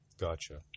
Gotcha